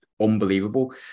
unbelievable